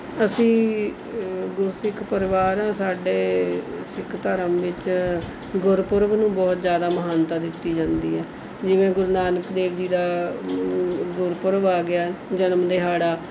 ਅਸੀਂ ਗੁਰਸਿੱਖ ਪਰਿਵਾਰ ਹਾਂ ਸਾਡੇ ਸਿੱਖ ਧਰਮ ਵਿੱਚ ਗੁਰਪੁਰਬ ਨੂੰ ਬਹੁਤ ਜ਼ਿਆਦਾ ਮਹਾਨਤਾ ਦਿੱਤੀ ਜਾਂਦੀ ਹੈ ਜਿਵੇਂ ਗੁਰੂ ਨਾਨਕ ਦੇਵ ਜੀ ਦਾ ਗੁਰਪੁਰਬ ਆ ਗਿਆ ਜਨਮ ਦਿਹਾੜਾ